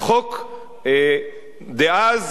שוב הפעם,